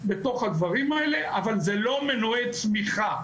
בתוך הדברים האלה, אבל זה לא מנועי צמיחה.